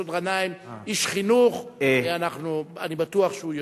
מסעוד גנאים, איש חינוך, אני בטוח שהוא יוסיף.